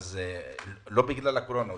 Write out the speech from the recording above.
לא בגלל הקורונה.